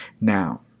now